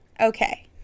Okay